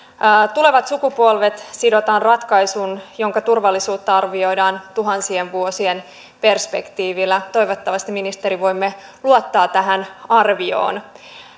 tulevat sukupolvet sidotaan ratkaisuun jonka turvallisuutta arvioidaan tuhansien vuosien perspektiivillä toivottavasti ministeri voimme luottaa tähän arvioon